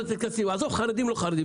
עזוב חרדים לא חרדים,